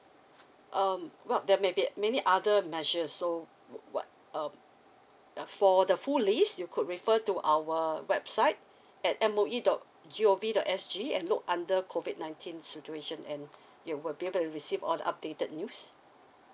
um well there may be many other measures so what um uh for the full list you could refer to our website at M O E dot G O V dot S G and look under COVID nineteen situation and you will be able to receive all the updated news